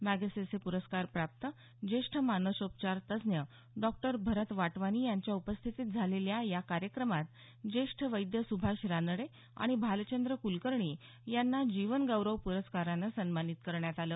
Magsaysay पुरस्कार प्राप्त ज्येष्ठ मानसोपचार तज्ज्ञ डॉक्टर भरत वाटवानी यांच्या उपस्थितीत झालेल्या या कार्यक्रमात ज्येष्ठ वैद्य सुभाष रानडे आणि भालचंद्र कुलकर्णी यांना जीवन गौरव पुरस्कारानं सन्मानित करण्यात आलं